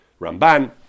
Ramban